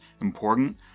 important